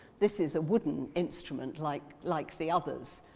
this is a wooden instrument like like the others,